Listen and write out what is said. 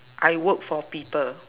I work for people